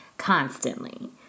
constantly